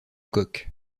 coque